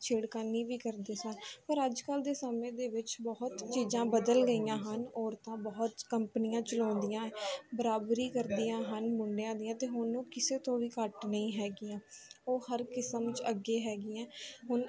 ਛੇੜਖਾਨੀ ਵੀ ਕਰਦੇ ਸਨ ਪਰ ਅੱਜ ਕੱਲ੍ਹ ਦੇ ਸਮੇਂ ਦੇ ਵਿੱਚ ਬਹੁਤ ਚੀਜ਼ਾਂ ਬਦਲ ਗਈਆਂ ਹਨ ਔਰਤਾਂ ਬਹੁਤ ਕੰਪਨੀਆਂ ਚਲਾਉਂਦੀਆਂ ਬਰਾਬਰੀ ਕਰਦੀਆਂ ਹਨ ਮੁੰਡਿਆਂ ਦੀਆਂ ਅਤੇ ਹੁਣ ਉਹ ਕਿਸੇ ਤੋਂ ਵੀ ਘੱਟ ਨਹੀਂ ਹੈਗੀਆਂ ਉਹ ਹਰ ਕਿਸਮ 'ਚ ਅੱਗੇ ਹੈਗੀਆਂ ਹੁਣ